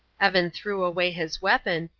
evan threw away his weapon,